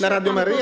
Na Radio Maryja?